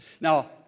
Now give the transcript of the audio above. Now